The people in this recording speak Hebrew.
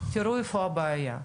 תראו איפה הבעיה,